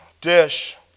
dish